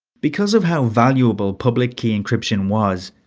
because of how valuable public key encryption was,